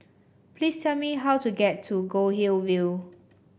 please tell me how to get to Goldhill View